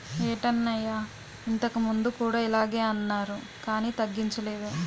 ఏటన్నయ్యా ఇంతకుముందు కూడా ఇలగే అన్నారు కానీ తగ్గించలేదు